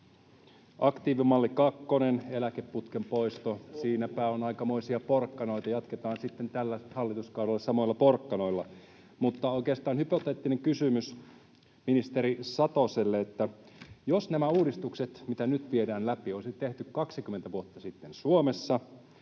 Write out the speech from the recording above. Aktiivimalli kakkonen, eläkeputken poisto — siinäpä on aikamoisia porkkanoita. Jatketaan sitten tällä hallituskaudella samoilla porkkanoilla. Mutta oikeastaan hypoteettinen kysymys ministeri Satoselle. Jos nämä uudistukset, mitä nyt viedään läpi, olisi tehty 20 vuotta sitten Suomessa,